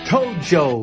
Tojo